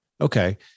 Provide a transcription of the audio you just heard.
Okay